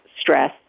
stress